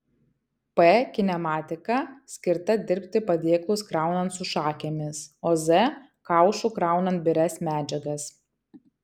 p kinematika skirta dirbti padėklus kraunant su šakėmis o z kaušu kraunant birias medžiagas